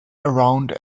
around